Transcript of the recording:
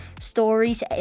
stories